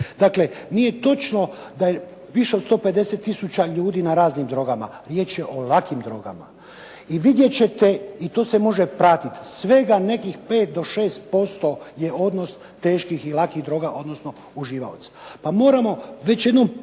Dakle, nije točno da je više od 150 tisuća ljudi na raznim drogama, riječ je o lakim drogama. I vidjet ćete, i to se može pratiti, svega nekih 5 do 6% je odnos teških i lakih droga, odnosno uživaoca. Pa moramo već jednom